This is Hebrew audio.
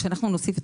כשנכתוב: